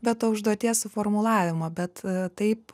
be to užduoties suformulavimo bet taip